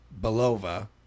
Belova